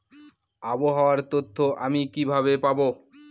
আবহাওয়ার তথ্য আমি কিভাবে পাবো?